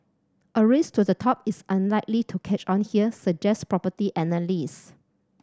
a race to the top is unlikely to catch on here suggest property analysts